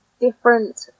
different